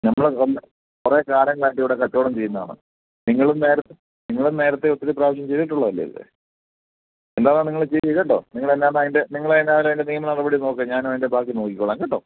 നമ്മൾ ഒന്ന് കുറെ കാലങ്ങളായിട്ട് ഇവിടെ കച്ചവടം ചെയ്യുന്നതാണ് നിങ്ങളും നേരത്തെ നിങ്ങളും നേരത്തെ ഒത്തിരി പ്രാവശ്യം ചെയ്തിട്ടുള്ളതല്ലേ ഇത് എന്താന്ന് നിങ്ങൾ ചെയ്യ് കേട്ടോ നിങ്ങളെന്താന്ന് അതിൻ്റെ നിങ്ങൾ തന്നെ അതിൻ്റെ നിയമനടപടി നോക്ക് ഞാനതിൻറ്റെ ബാക്കി നോക്കിക്കോളാം കേട്ടോ